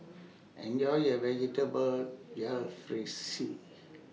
Enjoy your Vegetable Jalfrezi